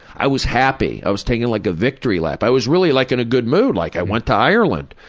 i was happy. i was taking like a victory lap. i was really like in a good mood. like i went to ireland,